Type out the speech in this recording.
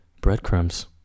breadcrumbs